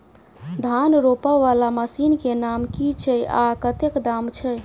धान रोपा वला मशीन केँ नाम की छैय आ कतेक दाम छैय?